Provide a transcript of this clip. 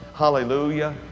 Hallelujah